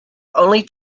only